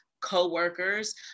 co-workers